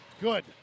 good